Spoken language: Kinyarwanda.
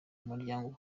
umuryango